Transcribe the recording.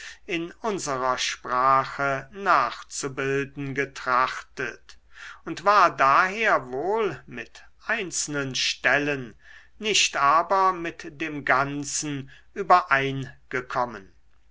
in unserer sprache nachzubilden getrachtet und war daher wohl mit einzelnen stellen nicht aber mit dem ganzen übereingekommen